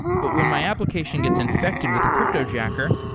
but when my application gets infected with a cryptojacker,